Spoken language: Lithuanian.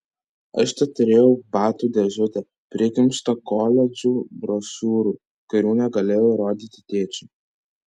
aš teturėjau batų dėžutę prikimštą koledžų brošiūrų kurių negalėjau rodyti tėčiui